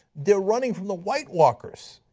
they are running from the white walkers,